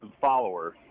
followers